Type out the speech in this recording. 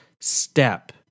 step